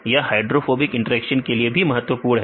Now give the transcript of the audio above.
यह hydrophobic interaction के लिए भी महत्वपूर्ण है